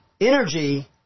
energy